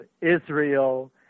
Israel